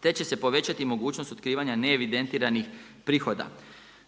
te će se povećati mogućnost otkrivanja neevidentiranih prihoda.